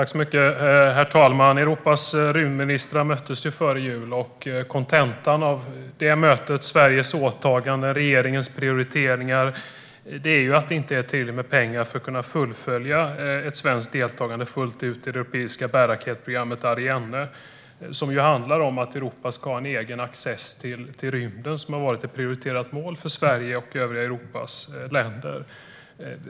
Herr talman! Europas rymdministrar möttes före jul, och kontentan av det mötet när det gäller Sveriges åtagande och regeringens prioriteringar är att det inte finns tillräckligt med pengar för att kunna fullfölja ett svenskt deltagande i det europeiska bärraketsprogrammet Ariane. Programmet handlar om att Europa ska ha en egen access till rymden, vilket har varit ett prioriterat mål för Sveriges och övriga Europas länder.